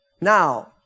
Now